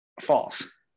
False